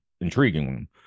intriguing